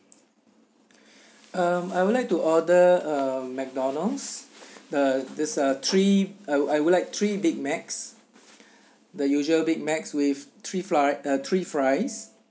um I would like to order a Mcdonald's the there's a three I would I would like three big macs the usual big macs with three fry uh three fries